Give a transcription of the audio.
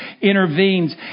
intervenes